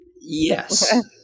Yes